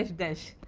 dash, dash,